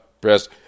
Press